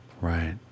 right